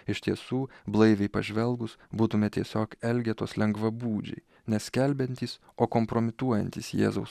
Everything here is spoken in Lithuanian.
iš tiesų blaiviai pažvelgus būtume tiesiog elgetos lengvabūdžiai ne skelbiantys o kompromituojantys jėzaus